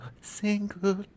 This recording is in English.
single